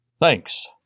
Thanks